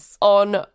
on